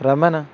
Raman